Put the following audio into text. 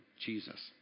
Jesus